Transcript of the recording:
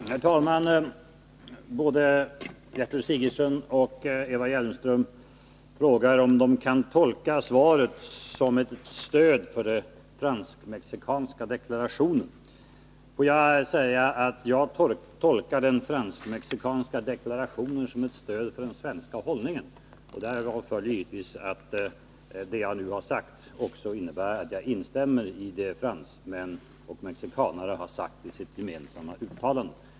Herr talman! Både Gertrud Sigurdsen och Eva Hjelmström frågar om de kan tolka svaret som ett stöd för den fransk-mexikanska deklarationen. Låt mig då säga att jag tolkar den fransk-mexikanska deklarationen som ett stöd för den svenska hållningen. Därav följer givetvis att det jag nu har sagt också innebär att jag instämmer i det som fransmän och mexikanare har sagt i sitt gemensamma uttalande.